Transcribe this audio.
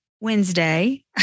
Wednesday